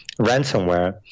ransomware